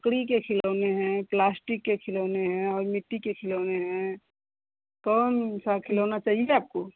लकड़ी के खिलौने हैं प्लास्टिक के खिलौने हैं और मिट्टी के खिलौने हैं कौन सा खिलौना चाहिए आपको